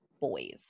boys